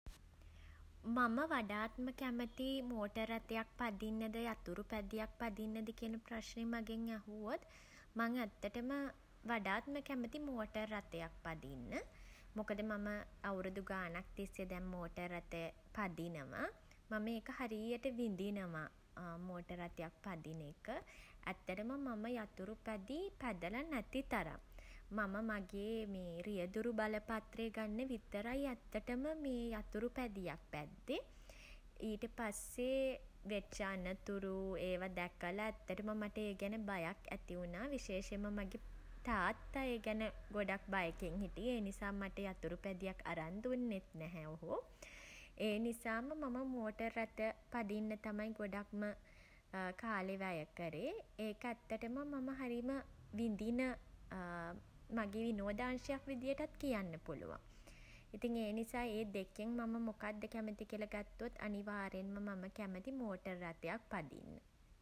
මම වඩාත්ම කැමති මෝටර් රථයක් පදින්න ද යතුරුපැදියක් පදින්නද කියන ප්‍රශ්නෙ මගෙන් ඇහුවොත් මං ඇත්තටම වඩාත්ම කැමති මෝටර් රථයක් පදින්න. මොකද මම අවුරුදු ගානක් තිස්සේ දැන් මෝටර් රථ පදිනවා. මම ඒක හරියට විඳිනවා මෝටර් රථයක් පදින එක. ඇත්තටම මම යතුරුපැදි පැදලා නැති තරම්. මම මගේ මේ රියදුරු බලපත්‍රය ගන්න විතරයි ඇත්තටම මේ යතුරු පැදියක් පැද්දේ. ඊට පස්සේ වෙච්ච අනතුරු ඒවා දැකලා ඇත්තටම මට ඒ ගැන බයක් ඇති වුණා. විශේෂයෙන්ම මගේ තාත්තා ඒ ගැන ගොඩක් බයකින් හිටියේ ඒ නිසා මට යතුරුපැදියක් අරන් දුන්නෙත් නැහැ ඔහු. ඒ නිසාම මම මෝටර් රථ පදින්න තමයි ගොඩක් ම කාලේ වැය කරේ. ඒක ඇත්තටම මම හරිම විඳින මගේ විනෝදාංශයක් විදියටත් කියන්න පුළුවන්. ඉතින් ඒ නිසා ඒ දෙකෙන් මම මොකක්ද කැමති කියලා ගත්තොත් අනිවාර්යයෙන්ම මම කැමති මෝටර් රථයක් පදින්න.